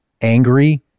angry